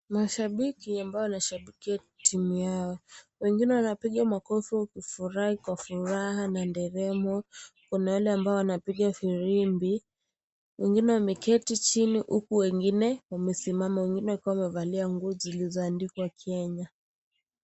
Mashabiki mbao wanashabikia timu yao, wengine wanapiga makofi wamefurahi kwa furaha nderemo, kuna wale ambao wanapiga firimbi, wengine wameketi chini huku wengine wamesimama, wengine wakiwa wamevalia nguo zilizoandikwa Kenya .